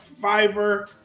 Fiverr